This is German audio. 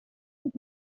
und